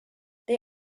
they